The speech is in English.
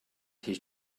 his